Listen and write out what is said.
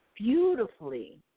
beautifully –